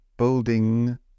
building